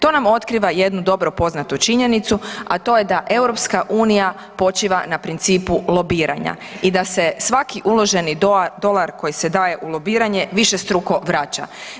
To nam otkriva jednu dobro poznatu činjenicu a to je da EU počiva na principu lobiranja i da se svaki uloženi dolar koji se daje u lobiranje, višestruko vraća.